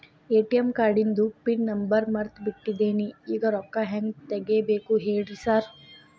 ATM ಕಾರ್ಡಿಂದು pin number ಮರ್ತ್ ಬಿಟ್ಟಿದೇನಿ ಈಗ ರೊಕ್ಕಾ ಹೆಂಗ್ ತೆಗೆಬೇಕು ಹೇಳ್ರಿ ಸಾರ್